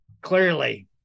Clearly